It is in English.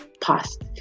past